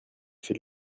fait